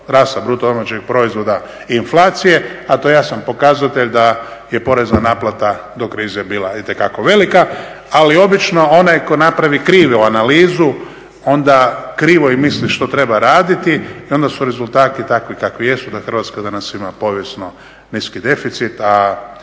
rasta bruto domaćeg proizvoda i inflacije a to je jasan pokazatelj da je porezna naplata do krize bila itekako velika. Ali obično onaj tko napravi krivu analizu onda krivo i misli što treba raditi i onda su rezultati takvi kakvi jesu da Hrvatska danas ima povijesno niski deficit.